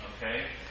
okay